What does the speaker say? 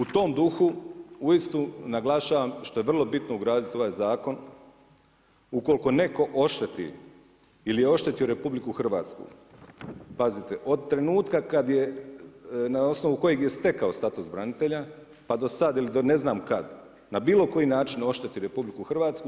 U tom duhu uistinu naglašavam što je vrlo bitno ugraditi u ovaj zakon ukoliko netko odšteti ili je oštetio RH, pazite od trenutka kad je na osnovu kojeg je stekao status branitelja pa do sad ili do ne znam kad na bilo koji način ošteti RH